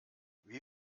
wie